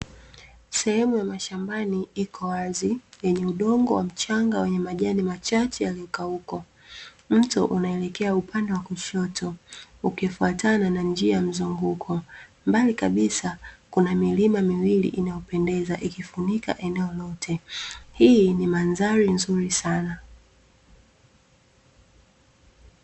Sehemu ya mashambani iko wazi, yenye udongo wa mchanga wenye majani machache yaliokauka. Mto unaelekea upande wa kushoto, ukifuatana na njia ya mzunguko. Mbali kabisa kuna milima miwili inayopendeza ikifunika eneo lote. Hii ni mandhari nzuri sana.